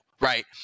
right